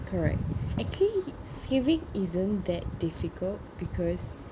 correct actually saving isn't that difficult because